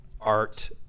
art